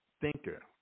thinker